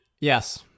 yes